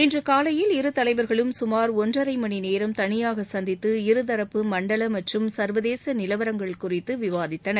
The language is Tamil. இன்று காலையில் இரு தலைவர்களும் சுமார் ஒன்றரை மணிநேரம் தனியாக சந்தித்து இருதாப்பு மண்டல மற்றும் சர்வதேச நிலவரங்கள் குறித்து விவாதித்தனர்